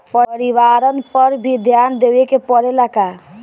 परिवारन पर भी ध्यान देवे के परेला का?